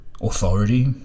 authority